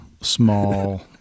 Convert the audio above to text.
small